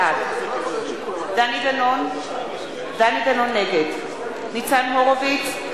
בעד דני דנון, נגד ניצן הורוביץ,